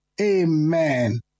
Amen